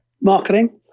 Marketing